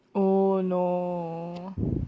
oh no